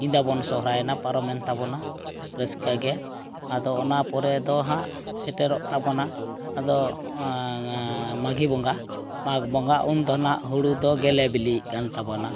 ᱧᱤᱫᱟᱹᱵᱚᱱ ᱥᱚᱦᱚᱨᱟᱭᱮᱱᱟ ᱯᱟᱨᱚᱢᱮᱱ ᱛᱟᱵᱚᱱᱟ ᱨᱟᱹᱥᱠᱟᱹᱜᱮ ᱟᱫᱚ ᱚᱱᱟ ᱯᱚᱨᱮ ᱫᱚ ᱦᱟᱸᱜ ᱥᱮᱴᱮᱨᱚᱜ ᱛᱟᱵᱚᱱᱟ ᱟᱫᱚ ᱢᱟᱜᱷᱤ ᱵᱚᱸᱜᱟ ᱢᱟᱜᱽ ᱵᱚᱸᱜᱟ ᱩᱱᱫᱚ ᱦᱟᱸᱜ ᱦᱩᱲᱩ ᱫᱚ ᱜᱮᱞᱮ ᱵᱤᱞᱤᱜ ᱠᱟᱱ ᱛᱟᱵᱚᱱᱟ